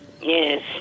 Yes